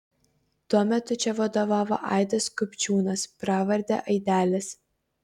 tuo metu čia vadovavo aidas kupčiūnas pravarde aidelis